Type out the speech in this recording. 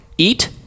eat